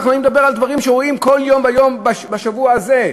אני מדבר על דברים שרואים כל יום ויום בשבוע הזה.